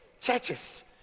Churches